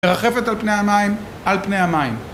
מרחפת על פני המים, על פני המים